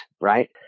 right